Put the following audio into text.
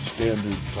Standard